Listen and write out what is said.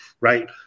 right